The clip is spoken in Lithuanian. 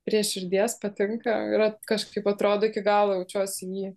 prie širdies patinka yra kažkaip atrodo iki galo jaučiuosi jį